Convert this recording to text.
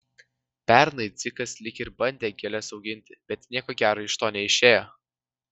pernai dzikas lyg ir bandė gėles auginti bet nieko gero iš to neišėjo